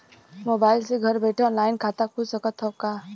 Mobile से घर बैठे ऑनलाइन खाता खुल सकत हव का?